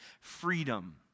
freedom